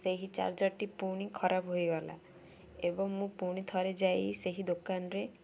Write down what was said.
ସେହି ଚାର୍ଜର୍ଟି ପୁଣି ଖରାପ ହୋଇଗଲା ଏବଂ ମୁଁ ପୁଣି ଥରେ ଯାଇ ସେହି ଦୋକାନରେ